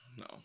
No